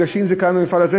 כי אם זה קרה במפעל הזה,